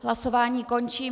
Hlasování končím.